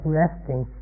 resting